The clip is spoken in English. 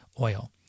oil